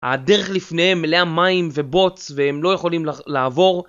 הדרך לפניהם מלאה מים ובוץ והם לא יכולים לעבור